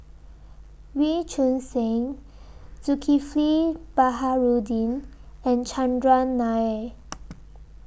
Wee Choon Seng Zulkifli Baharudin and Chandran Nair